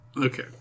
Okay